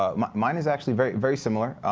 um mine is actually very very similar.